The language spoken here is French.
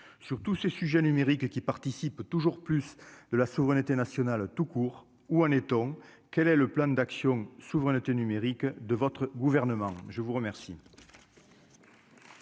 sur tous ces sujets numériques et qui participe toujours plus de la souveraineté nationale tout court, où en est-on, quel est le plan d'action souveraineté numérique de votre gouvernement, je vous remercie.